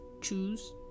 choose